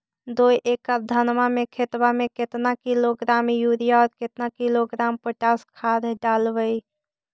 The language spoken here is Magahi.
दो एकड़ धनमा के खेतबा में केतना किलोग्राम युरिया और केतना किलोग्राम पोटास खाद डलबई?